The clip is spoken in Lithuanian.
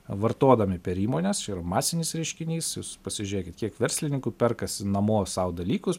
vartodami per įmones čia yra masinis reiškinys jūs pasižiūrėkit kiek verslininkų perkasi namo sau dalykus